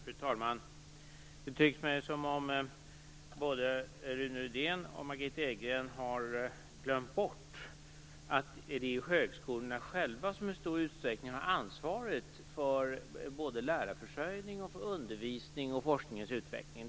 Fru talman! Det tycks mig som om både Rune Rydén och Margitta Edgren har glömt bort att det är högskolorna själva som i stor utsträckning har ansvaret för både lärarförsörjning, undervisning och forskningens utveckling.